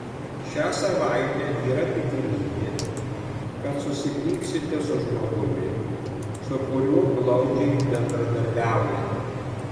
šią savaitę yra tikimybė kad susipyksite su žmogumi su kuriuo glaudžiai bendradarbiaujate